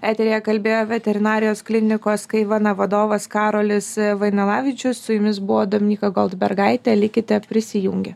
eteryje kalbėjo veterinarijos klinikos kaivana vadovas karolis vainalavičius su jumis buvo dominykai goldbergaitė likite prisijungę